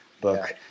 book